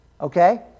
Okay